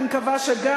זה מה שאמר ראש הממשלה.